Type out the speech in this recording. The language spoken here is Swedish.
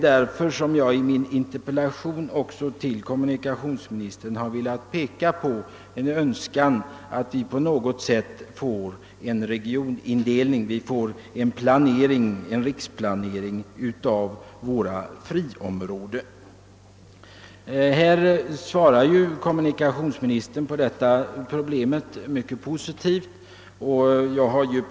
Därför har jag i min interpellation till kommunikationsmi nistern velat peka på önskvärdheten av att vi på något sätt får en regionindelning och en riksplanering av våra friområden. På detta svarar kommunikationsministern mycket positivt.